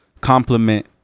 compliment